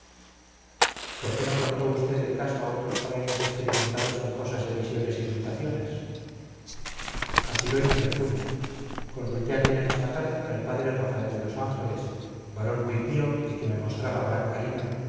por qué no contó usted el caso a otros frailes experimentados en cosas de visiones y tentaciones así lo hice al punto consulté aquella misma tarde con el padre rafael de los ángeles varón muy pío y que me mostraba gran cariño